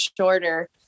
shorter